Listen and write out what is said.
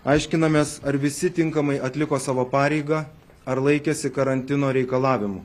aiškinamės ar visi tinkamai atliko savo pareigą ar laikėsi karantino reikalavimų